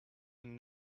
and